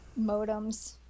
Modems